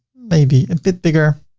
maybe a bit bigger.